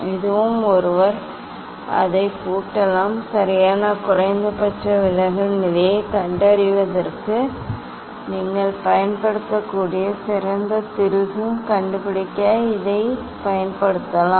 இதுவும் ஒருவர் அதைப் பூட்டலாம் சரியான குறைந்தபட்ச விலகல் நிலையைக் கண்டறிவதற்கு நீங்கள் பயன்படுத்தக்கூடிய சிறந்த திருகு கண்டுபிடிக்க இதைப் பயன்படுத்தலாம்